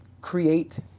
create